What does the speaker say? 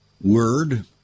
word